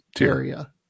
area